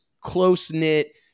close-knit